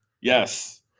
Yes